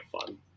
fun